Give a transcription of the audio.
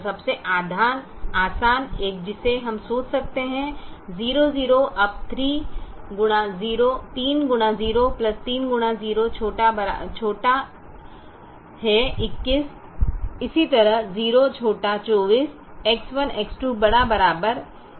तो सबसे आसान एक जिसे हम सोच सकते हैं 00 अब 21 इसी तरह 0 24 X1 X2 ≥ 0